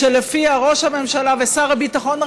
שלפיה ראש הממשלה ושר הביטחון,